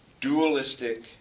dualistic